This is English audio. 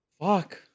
Fuck